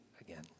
again